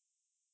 ya lah